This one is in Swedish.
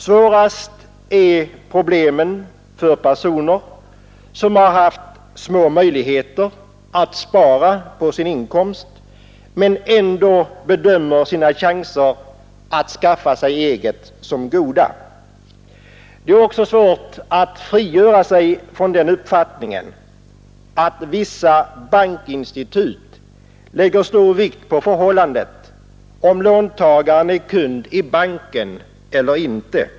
Svårast är problemen för personer som har haft små möjligheter att spara av sin inkomst men ändå bedömer sina chanser att skaffa sig eget som goda. Det är dessutom svårt att frigöra sig från den uppfattningen att vissa bankinstitut lägger stor vikt vid huruvida låntagaren är kund i banken eller inte.